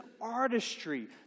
artistry